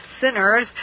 Sinners